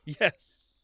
Yes